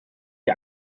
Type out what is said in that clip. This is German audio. die